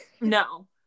No